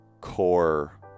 core